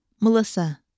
Melissa